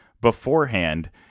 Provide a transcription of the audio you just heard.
beforehand